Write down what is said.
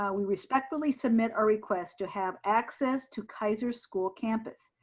um we respectfully submit a request to have access to kaiser school campus.